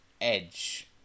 Edge